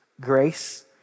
grace